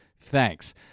Thanks